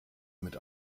mit